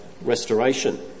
restoration